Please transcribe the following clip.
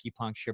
acupuncture